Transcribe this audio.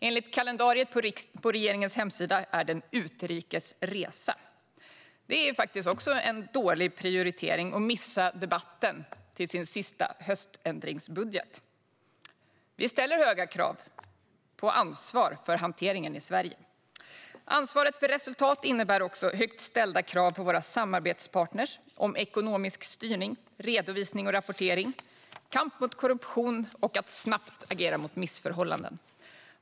Enligt kalendariet är anledningen en utrikes resa. Det är faktiskt en dålig prioritering av ministern att missa debatten om sin sista höständringsbudget. Vi ställer höga krav på ansvar för hanteringen i Sverige. Ansvaret för resultat innebär också högt ställda krav på våra samarbetspartner när det gäller ekonomisk styrning, redovisning och rapportering, kamp mot korruption och att snabbt agera mot missförhållanden.